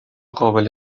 قابل